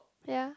ya